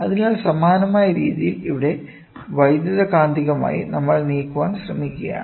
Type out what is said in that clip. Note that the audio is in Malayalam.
അതിനാൽ സമാനമായ രീതിയിൽ ഇവിടെ വൈദ്യുതകാന്തികമായി നമ്മൾ നീക്കാൻ ശ്രമിക്കുകയാണ്